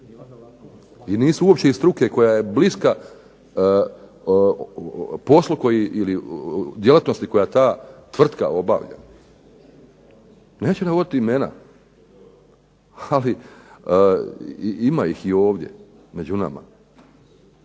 i nisu iz struke koja je bliska poslu ili djelatnosti koja ta tvrtka obavlja. Neću navoditi imena, ali ima ih ovdje među nama,